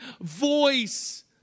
voice